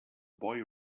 boy